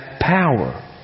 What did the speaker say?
power